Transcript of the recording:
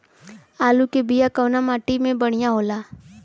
आलू के बिया कवना माटी मे बढ़ियां होला?